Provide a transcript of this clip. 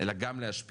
אלא גם להשפיע.